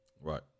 Right